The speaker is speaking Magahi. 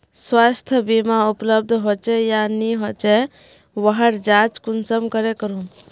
स्वास्थ्य बीमा उपलब्ध होचे या नी होचे वहार जाँच कुंसम करे करूम?